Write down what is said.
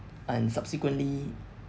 and subsequently